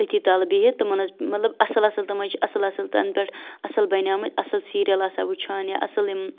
تٔتھی تَل بِہِتھ تِمَن ٲس مطلب اَصٕل اَصٕل تِم حظ چھِ اَصٕل اَصٕل تَنہٕ پٮ۪ٹھ اَصٕل بَنیمٕتۍ اَصٕل سیٖریَل آسان وٕچھان یا اَصٕل یِم